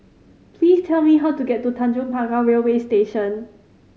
please tell me how to get to Tanjong Pagar Railway Station